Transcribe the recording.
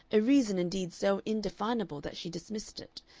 a reason indeed so indefinable that she dismissed it,